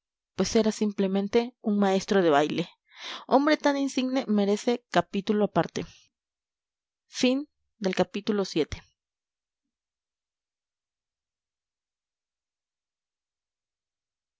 pues era simplemente un maestro de baile hombre tan insigne merece capítulo aparte